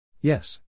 Yes